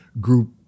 group